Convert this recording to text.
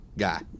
guy